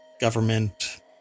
government